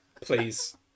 Please